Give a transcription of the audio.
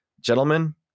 Gentlemen